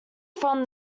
from